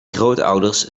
grootouders